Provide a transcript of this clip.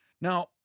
Now